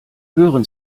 hören